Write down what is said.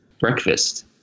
breakfast